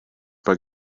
but